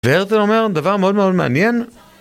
ורטל אומר, דבר מאוד מאוד מעניין